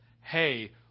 Hey